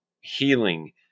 healing